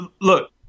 Look